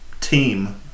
team